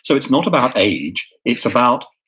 so it's not about age. it's about